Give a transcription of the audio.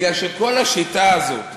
כי כל השיטה הזאת שאנחנו,